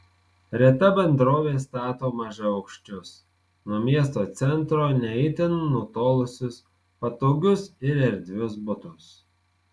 reta bendrovė stato mažaaukščius nuo miesto centro ne itin nutolusius patogius ir erdvius butus